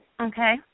Okay